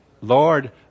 Lord